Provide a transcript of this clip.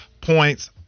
points